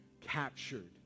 captured